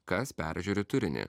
kas peržiūri turinį